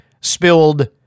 spilled